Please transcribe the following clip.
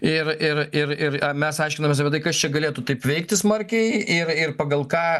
ir ir ir ir mes aiškinomės apie tai kas čia galėtų taip veikti smarkiai ir ir pagal ką